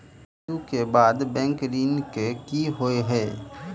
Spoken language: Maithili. मृत्यु कऽ बाद बैंक ऋण कऽ की होइ है?